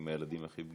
עם הילדים הכי פגיעים.